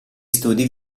studi